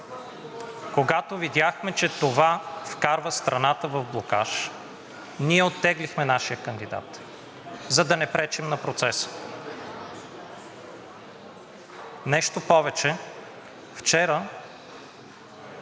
Когато видяхме, че това вкарва страната в блокаж, ние оттеглихме нашия кандидат, за да не пречим на процеса. Нещо повече, вчера